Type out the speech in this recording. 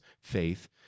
faith